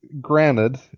granted